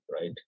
right